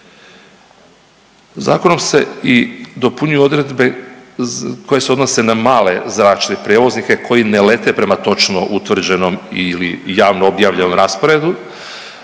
Zakonom se i dopunjuju odredbe koje se odnose na male zračne prijevoznike koji ne lete prema točno utvrđenom ili javno objavljenom rasporedu